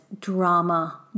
drama